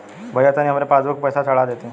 भईया तनि हमरे पासबुक पर पैसा चढ़ा देती